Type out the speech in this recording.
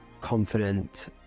confident